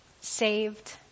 saved